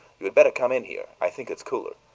you had better come in here i think it's cooler,